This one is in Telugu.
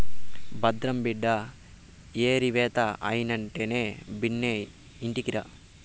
భద్రం బిడ్డా ఏరివేత అయినెంటనే బిన్నా ఇంటికిరా